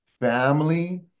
family